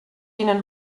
ihnen